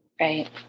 Right